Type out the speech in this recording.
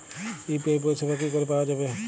UPI পরিষেবা কি করে পাওয়া যাবে?